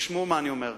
תשמעו מה אני אומר,